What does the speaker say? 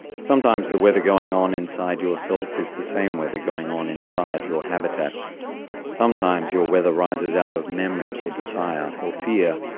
sometimes the weather going on inside yourself is the same weather going on inside your habitat sometimes your weather rises out of memory or desire or fear.